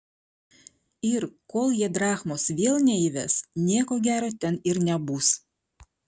ir kol jie drachmos vėl neįves nieko gero ten ir nebus